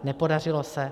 Nepodařilo se.